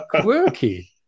quirky